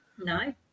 No